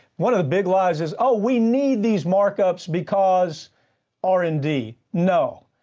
one of the big lies is, oh, we need these markups because r and d. no,